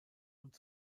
und